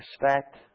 respect